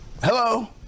Hello